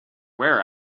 wear